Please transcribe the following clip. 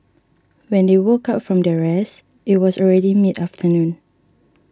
when they woke up from their rest it was already mid afternoon